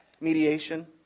Mediation